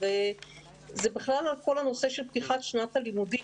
זה בכלל על כל הנושא של פתיחת שנת הלימודים,